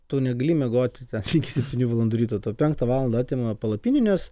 tu negali miegoti ten iki septynių valandų ryto tau penktą valandą atima palapinę nes